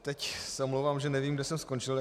Teď se omlouvám, že nevím, kde jsem skončil.